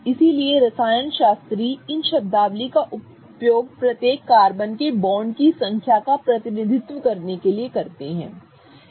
इसलिए रसायनशास्त्री इन शब्दावली का उपयोग प्रत्येक कार्बन के बॉन्ड की संख्या का प्रतिनिधित्व करने के लिए करते हैं